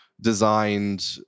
designed